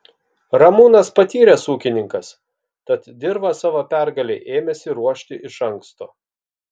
ramūnas patyręs ūkininkas tad dirvą savo pergalei ėmėsi ruošti iš anksto